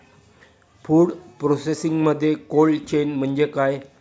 Food प्रोसेसिंगमध्ये cold chain म्हणजे काय?